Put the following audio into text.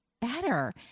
better